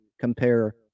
compare